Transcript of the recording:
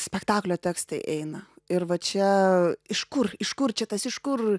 spektaklio tekstai eina ir va čia iš kur iš kur čia tas iš kur